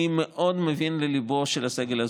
אני מאוד מבין לליבו של הסגל הזוטר.